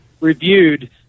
reviewed